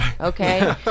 okay